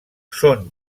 són